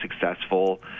successful